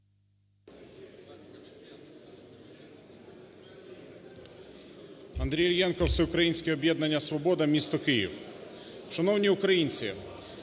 Андрій Іллєнко, Всеукраїнське об'єднання "Свобода", місто Київ. Шановні українці,